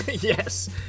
Yes